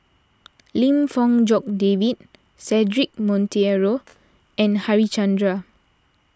Lim Fong Jock David Cedric Monteiro and Harichandra